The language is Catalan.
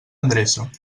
endreça